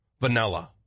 vanilla